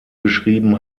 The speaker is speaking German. geschrieben